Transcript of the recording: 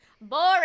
Boring